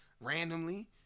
randomly